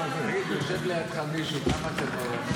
הכנסת ניסים ואטורי.